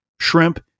shrimp